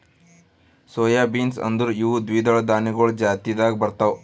soy beans ಅಂದುರ್ ಇವು ದ್ವಿದಳ ಧಾನ್ಯಗೊಳ್ ಜಾತಿದಾಗ್ ಬರ್ತಾವ್